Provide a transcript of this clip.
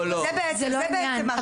זה לא העניין.